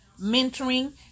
mentoring